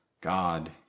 God